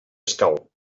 escau